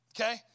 okay